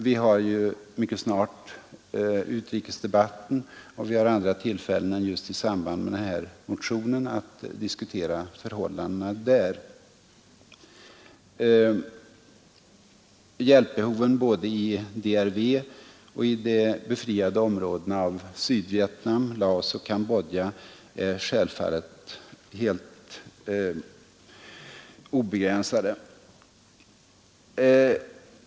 Vi har ju mycket snart en utrikesdebatt, och vi får även andra tillfällen att diskutera förhållandena i Vietnam än just i samband med behandlingen av denna motion. Hjälpbehoven i DRV och de befriade områdena av Sydvietnam, Laos och Kambodja är självfallet helt obegränsade.